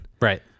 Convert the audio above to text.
Right